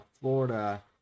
Florida